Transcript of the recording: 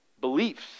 beliefs